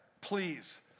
please